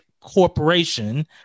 corporation